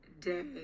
day